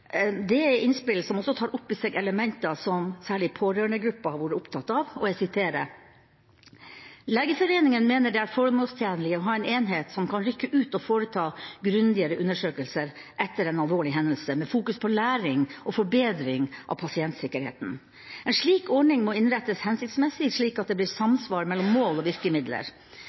er et innspill som også tar opp i seg elementer som særlig pårørendegruppen har vært opptatt av. Jeg siterer: «Legeforeningen mener det er formålstjenlig å ha en enhet som kan rykke ut og foreta grundigere undersøkelser etter en alvorlig hendelse, med fokus på læring og forbedring av pasientsikkerheten. En slik ordning må innrettes hensiktsmessig slik at det blir samsvar mellom mål og